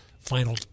final